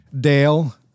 Dale